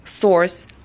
source